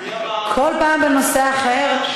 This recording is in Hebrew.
כל פעם בנושא אחר?